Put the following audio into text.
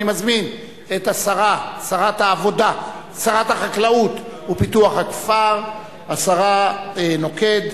אני מזמין את שרת החקלאות ופיתוח הכפר, השרה נוקד,